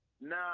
Nah